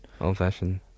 Old-fashioned